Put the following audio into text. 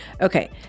okay